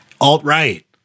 alt-right